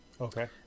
Okay